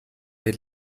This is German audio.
der